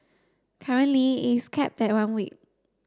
currently is capped at one week